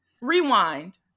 Rewind